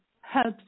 helps